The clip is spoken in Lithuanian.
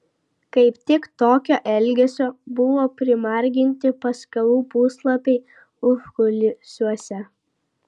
kaip tik tokio elgesio buvo primarginti paskalų puslapiai užkulisiuose